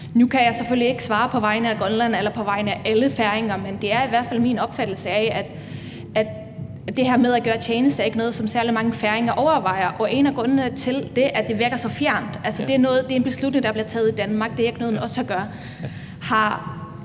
Nu kan jeg selvfølgelig ikke svare på vegne af Grønland eller på vegne af alle færinger, men det er i hvert fald min opfattelse, at det her med at gøre tjeneste ikke er noget, som særlig mange færinger overvejer, og en af grundene til det er, at det virker så fjernt. Altså, det er nogle beslutninger, der bliver taget i Danmark, og det har ikke noget med os at gøre.